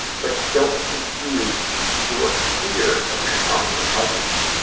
but don't confuse your fear of confronting your husband